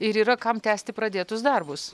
ir yra kam tęsti pradėtus darbus